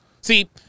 See